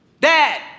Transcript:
dad